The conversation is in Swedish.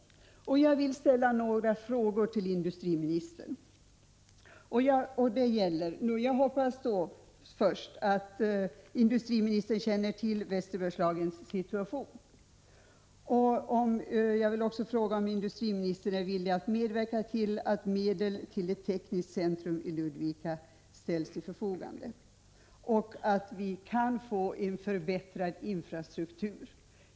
Jag vill ställa några frågor till industriministern. Allra först hoppas jag att industriministern känner till Västerbergslagens situation. Jag vill också fråga om industriministern är villig att medverka till att medel för ett tekniskt centrum i Ludvika ställs till förfogande. Slutligen hoppas jag att vi kan få en förbättrad infrastruktur.